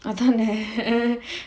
அதானே:adhaanae